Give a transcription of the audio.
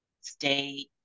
stay